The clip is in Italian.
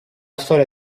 storia